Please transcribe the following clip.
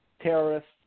terrorists